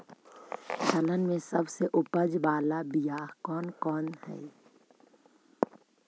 दलहन में सबसे उपज बाला बियाह कौन कौन हइ?